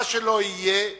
מה שלא יהיה,